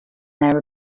their